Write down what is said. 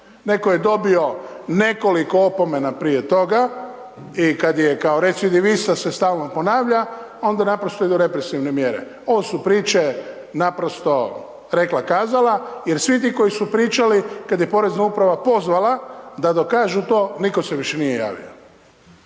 Netko je dobio nekoliko opomena prije toga i kad je kao recidivista se stalno ponavlja, onda naprosto idu represivne mjere. Ovo su priče naprosto rekla-kazala, jer svi ti koji su pričali kad je porezna uprava pozvala da dokažu to, nitko se više nije javio.